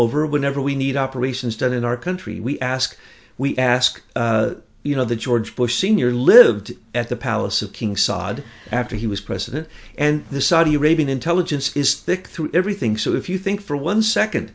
over when ever we need operations done in our country we ask we ask you know that george bush sr lived at the palace of king saud after he was president and the saudi arabian intelligence is thick through everything so if you think for one second